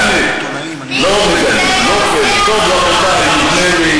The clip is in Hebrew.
אתה לפחות מוכן לגנות הרג של תושבי עזה